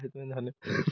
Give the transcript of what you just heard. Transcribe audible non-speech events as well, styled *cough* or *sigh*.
ସେଥିପାଇଁ *unintelligible*